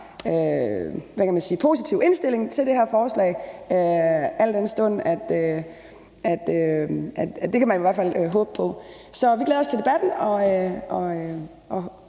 positiv indstilling til det her forslag. Det kan man i hvert fald håbe på. Så vi glæder os til debatten og